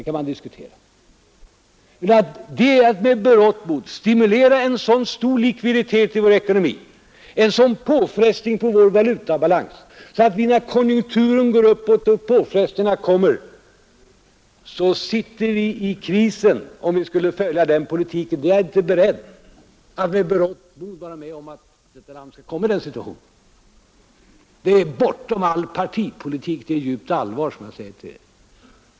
Jag vill inte vara med om att stimulera en så hög likviditet i vår ekonomi att vi, när konjunkturen går upp och påfrestningarna på vår valutabalans kommer, hamnar i en krissituation. Det är bortom all partipolitik och med djupt allvar som jag säger detta.